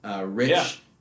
rich